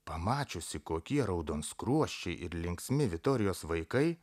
pamačiusi kokie raudonskruosčiai ir linksmi vitorijos vaikai